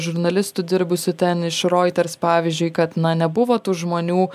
žurnalistų dirbusių ten iš roiters pavyzdžiui kad na nebuvo tų žmonių